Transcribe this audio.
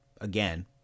again